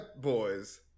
boys